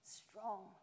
strong